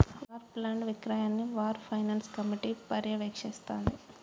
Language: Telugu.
వార్ బాండ్ల విక్రయాన్ని వార్ ఫైనాన్స్ కమిటీ పర్యవేక్షిస్తాంది